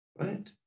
right